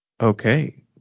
okay